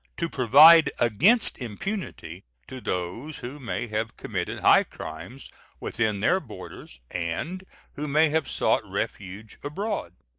to provide against impunity to those who may have committed high crimes within their borders and who may have sought refuge abroad.